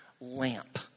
lamp